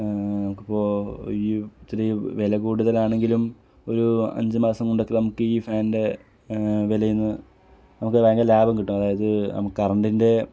നമുക്കിപ്പോൾ ഈ ചെറിയ വില കൂടുതലാണെങ്കിലും ഒരു അഞ്ച് മാസം കൊണ്ടൊക്കെ നമുക്ക് ഈ ഫാനിൻ്റെ വിലയിൽനിന്ന് നമുക്ക് ഭയങ്കര ലാഭം കിട്ടും അതായത് നമ കരണ്ടിൻ്റെ